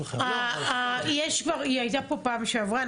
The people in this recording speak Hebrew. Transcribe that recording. היא הייתה פה בפעם שעברה.